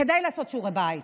כדאי לעשות שיעורי בית,